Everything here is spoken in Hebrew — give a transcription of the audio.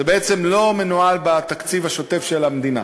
זה בעצם לא מנוהל בתקציב השוטף של המדינה,